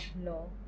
no